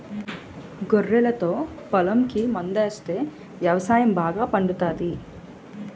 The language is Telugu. గొర్రెలతో పొలంకి మందాస్తే వ్యవసాయం బాగా పండుతాది